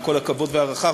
עם כל הכבוד וההערכה,